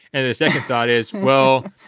and the second thought is, well,